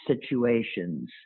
situations